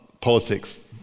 politics